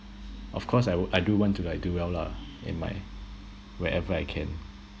of course I would I do want to like do well lah in my wherever I can